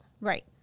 Right